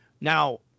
Now